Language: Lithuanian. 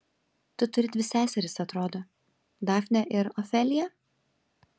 tu turi dvi seseris atrodo dafnę ir ofeliją